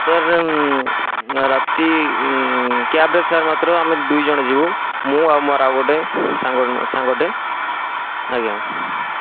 sir ରାତି କ୍ୟାବରେ sir ମାତ୍ର ଆମେ ଦୁଇ ଜଣ ଯିବୁ ମୁଁ ଆଉ ମୋର ଆଉ ଗୋଟେ ସାଙ୍ଗ ସାଙ୍ଗଟେ ଆଜ୍ଞା